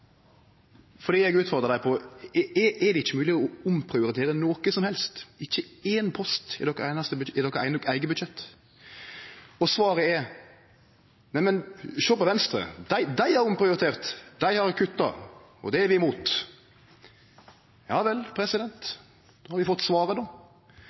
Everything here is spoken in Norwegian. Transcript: Eg utfordra dei på: Er det ikkje mogleg å omprioritere noko som helst, ikkje éin post i deira eiga budsjett? Svaret var: Neimen, sjå på Venstre, dei har omprioritert, dei har kutta, og det er vi imot. Ja vel, då har vi fått svaret, då.